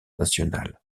nationale